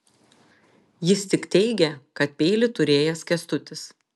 jis tik teigė kad peilį turėjęs kęstutis